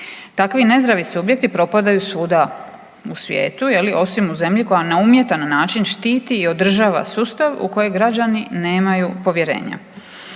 Takvi nezdravi subjekti propadaju svuda u svijetu osim u zemlji koja na umjetan način štiti i održava sustav u koji građani nemaju povjerenja.